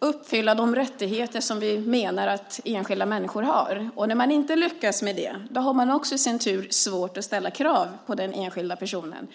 uppfylla de rättigheter som vi menar att enskilda människor har. När man inte lyckas med det då har man också svårt att ställa krav på den enskilda personen.